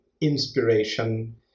inspiration